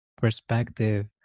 perspective